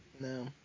No